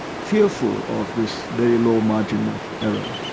fearful of this very low margin of error,